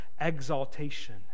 exaltation